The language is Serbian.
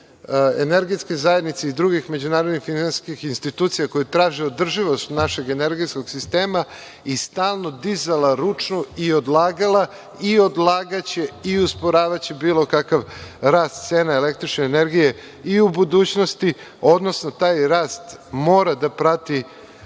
energetske zajednice i drugim međunarodnih finansijskih institucija koje traže od države, od našeg energetskog sistema i stalno dizala ručnu i odlagala i odlagaće i usporavaće bilo kakav rast cene električne energije i u budućnosti, odnosno taj rast mora da prati